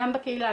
גם בקהילה,